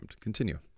Continue